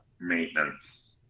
maintenance